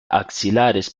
axilares